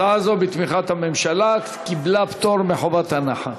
הצעה זו, בתמיכת הממשלה, קיבלה פטור מחובת הנחה.